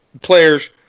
players